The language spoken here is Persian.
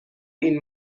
این